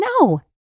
No